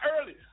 earlier